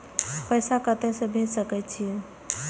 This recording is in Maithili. पैसा कते से भेज सके छिए?